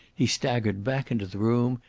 he staggered back into the room.